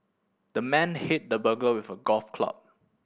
the man hit the burglar with a golf club